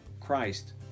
Christ